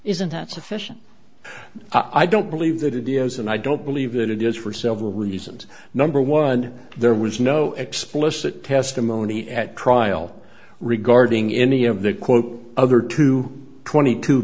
isn't that sufficient i don't believe that it is and i don't believe that it is for several reasons number one there was no explicit testimony at trial regarding any of the quote other two twenty two